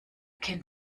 kennt